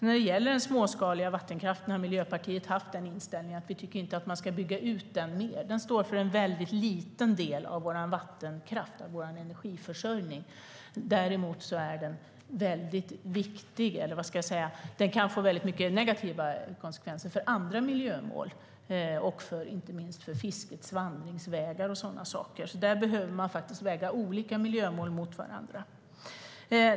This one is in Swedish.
När det gäller den småskaliga vattenkraften har Miljöpartiet haft inställningen att vi inte tycker att man ska bygga ut den mer. Den står för en väldigt liten del av vår vattenkraft och av vår energiförsörjning. Däremot kan den få väldigt mycket negativa konsekvenser för andra miljömål och inte minst för fiskets vandringsvägar och sådana saker. Där behöver man faktiskt väga olika miljömål mot varandra.